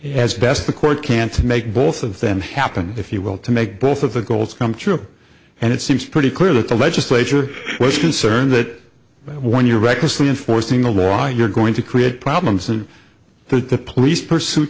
as best the court can to make both of them happen if you will to make both of the goals come true and it seems pretty clear that the legislature was concerned that when you're recklessly enforcing the law you're going to create problems and the police pursuit